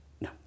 No